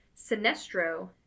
Sinestro